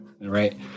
right